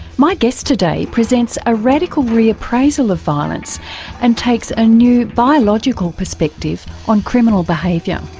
my guest today presents a radical reappraisal of violence and takes a new biological perspective on criminal behaviour.